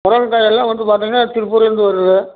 முருங்கக்காய் எல்லாம் வந்து பார்த்தீங்கன்னா திருப்பூர்லருந்து வருது